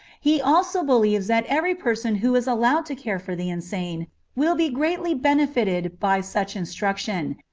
he also believes that every person who is allowed to care for the insane will be greatly benefited by such instruction,